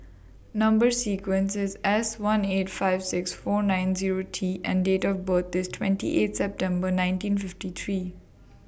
Number sequence IS S one eight five six four nine Zero T and Date of birth IS twenty eight September nineteen fifty three